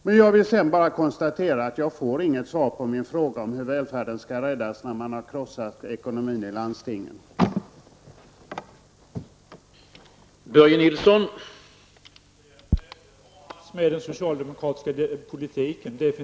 Låt mig härutöver konstatera att jag tydligen inte får något svar på min fråga om hur välfärden skall räddas när man har krossat landstingens ekonomi.